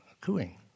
cooing